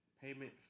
payment